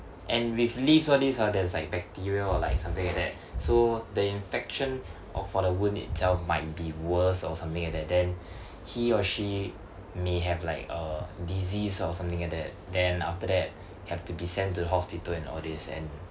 and with leaves all this ah there's like bacteria or like something like that so the infection or for the wound itself might be worse or something like that then he or she may have like a disease or something like that then after that have to be sent to the hospital and all this and